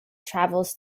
travels